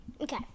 Okay